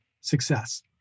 success